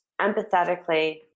empathetically